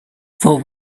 for